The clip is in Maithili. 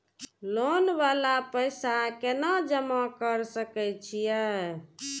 लोन वाला पैसा केना जमा कर सके छीये?